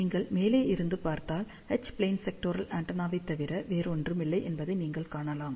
நீங்கள் மேலே இருந்து பார்த்தால் எச் பிளேன் செக்டோரல் ஹார்ன் ஆண்டெனாவைத் தவிர வேறு ஒன்றும் இல்லை என்பதை நீங்கள் காணலாம்